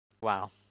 Wow